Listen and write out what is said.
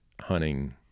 hunting